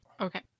Okay